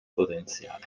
potenziale